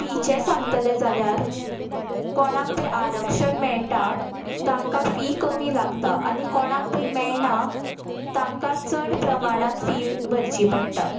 फीचें सांगतलें जाल्यार कोणाक तें आरक्षण मेळटा तांकां फी कमी लागता आनी कोणाक पळय मेळना तांकां चड प्रमाणांत फी भरची पडटा